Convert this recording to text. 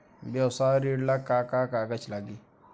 व्यवसाय ऋण ला का का कागज लागी?